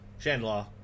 Chandler